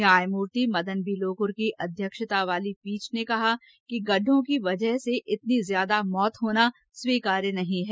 न्यायमूर्ति मदन बी लोक्र की अध्यक्षता वाली पीठ ने कहा कि गड्ढ़ों की वजह से इतनी ज्यादा मौते होना स्वीकार्य नहीं है